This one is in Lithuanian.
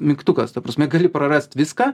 mygtukas ta prasme gali prarast viską